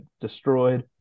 destroyed